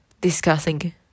discussing